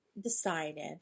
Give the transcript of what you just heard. decided